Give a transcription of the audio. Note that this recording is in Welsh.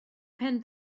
pen